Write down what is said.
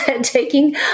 taking